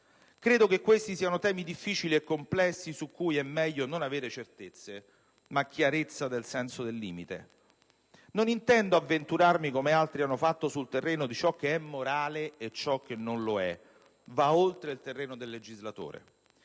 Credo che questi siano temi difficili e complessi su cui è meglio non avere certezze, ma chiarezza del senso del limite. Non intendo avventurarmi, come altri hanno fatto, sul terreno di ciò che è morale e ciò che non lo è: va oltre il terreno del legislatore.